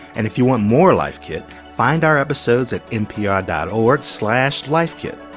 and if you want more life kit, find our episodes at npr dot org slash lifekit.